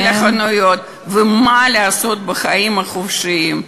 מתי ללכת לחנויות ומה לעשות בחיים החופשיים.